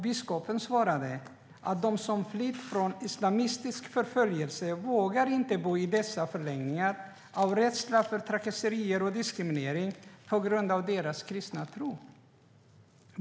Biskopen svarade att de som flyr från islamistisk förföljelse inte vågar bo på dessa förläggningar av rädsla för trakasserier och diskriminering på grund av deras kristna tro.